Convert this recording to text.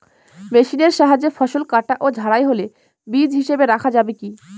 মেশিনের সাহায্যে ফসল কাটা ও ঝাড়াই হলে বীজ হিসাবে রাখা যাবে কি?